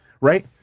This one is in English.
right